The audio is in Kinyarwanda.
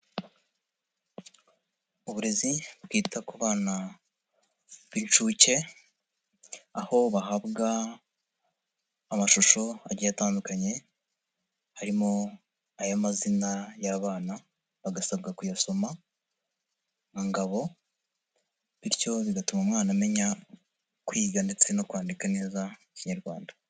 Uburezi bwita ku bana b'inshuke aho bahabwa amashusho agiye atandukanye harimo ay'amazina y'abana bagasabwa kuyasoma nka Ngabo bityo bigatuma umwana amenya kwiga ndetse no kwandika neza Ikinyarwanda.